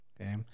Okay